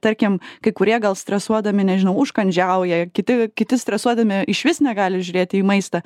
tarkim kai kurie gal stresuodami nežinau užkandžiauja kiti kiti stresuodami išvis negali žiūrėti į maistą